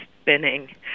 spinning